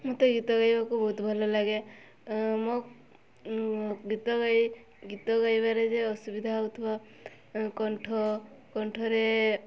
ମୋତେ ଗୀତ ଗାଇବାକୁ ବହୁତ ଭଲଲାଗେ ମୋ ଗୀତ ଗାଇ ଗୀତ ଗାଇବାରେ ବି ଅସୁବିଧା ହେଉଥିବ ଆଁ କଣ୍ଠ କଣ୍ଠରେ